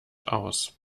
aus